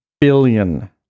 billion